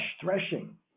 threshing